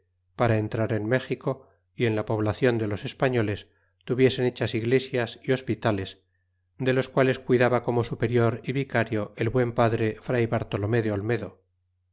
para entrar en méxico y en la poblacion de los españoles tuviesen hechas iglesias y hospitales de los quales cuidaba como superior y vicario el buen padre fray bartolomé de olmedo